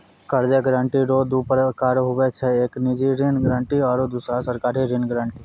कर्जा गारंटी रो दू परकार हुवै छै एक निजी ऋण गारंटी आरो दुसरो सरकारी ऋण गारंटी